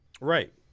Right